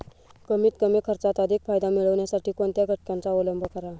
कमीत कमी खर्चात अधिक फायदा मिळविण्यासाठी कोणत्या घटकांचा अवलंब करावा?